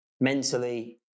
mentally